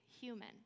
human